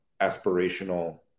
aspirational